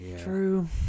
True